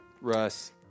Russ